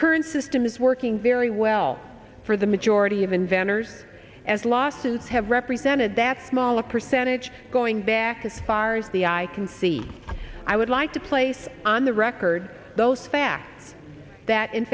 current system is working very well for the majority of inventors as losses have represented that smaller percentage going back as far as the eye can see i would like to place on the record those facts that in